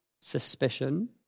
suspicion